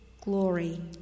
glory